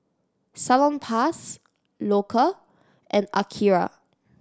Salonpas Loacker and Akira